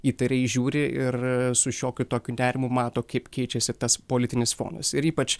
įtariai žiūri ir su šiokiu tokiu nerimu mato kaip keičiasi tas politinis fonas ir ypač